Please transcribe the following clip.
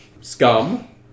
scum